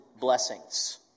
blessings